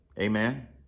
Amen